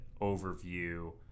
overview